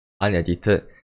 unedited